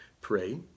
pray